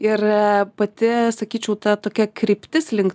ir pati sakyčiau ta tokia kryptis link